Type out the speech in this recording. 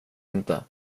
inte